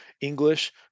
English